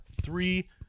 three